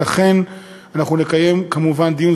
ולכן אנחנו נקיים כמובן דיון,